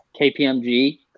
kpmg